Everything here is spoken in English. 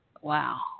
wow